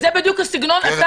זה בדיוק הסגנון.